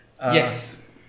Yes